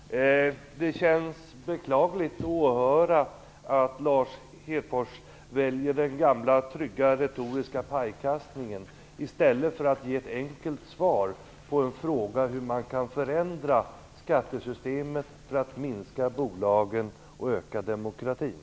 Fru talman! Det känns beklagligt att åhöra att Lars Hedfors väljer den gamla trygga retoriska pajkastningen i stället för att ge ett enkelt svar på frågan hur man kan förändra skattesystemet för att minska bolagen och öka demokratin.